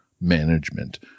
management